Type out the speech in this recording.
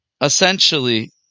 essentially